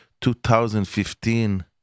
2015